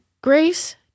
Grace